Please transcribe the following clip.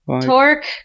Torque